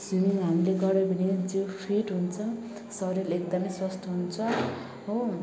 swimming हामीले गर्यौँ भने जिउ फिट् हुन्छ शरीर एकदमै स्वस्थ हुन्छ हो